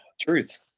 truth